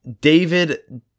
David